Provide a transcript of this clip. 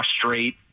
frustrate